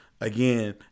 again